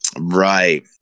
Right